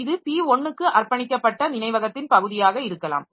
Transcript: இது p1 க்கு அர்ப்பணிக்கப்பட்ட நினைவகத்தின் பகுதியாக இருக்கலாம்